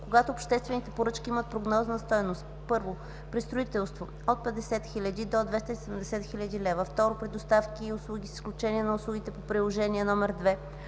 когато обществените поръчки имат прогнозна стойност: 1. при строителство – от 50 000 лв. до 270 000 лв.; 2. при доставки и услуги, с изключение на услугите по Приложение № 2